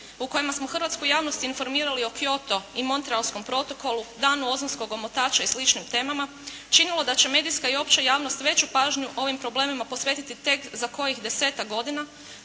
u kojima smo hrvatsku javnost informirali o Kyoto i Montrealskom protokolu, Danu ozonskog omotača i sličnim temama činilo da će medijska i opća javnost veću pažnju ovim problemima posvetiti tek za kojih desetak godina,